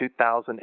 2008